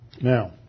Now